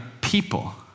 people